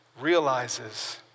realizes